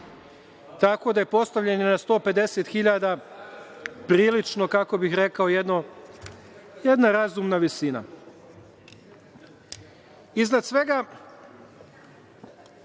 Tako da je postavljanje na 150 hiljada prilično, kako bih rekao jedna razumna visina. Iznad